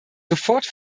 sofort